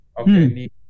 Okay